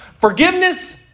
Forgiveness